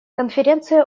конференция